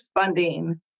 funding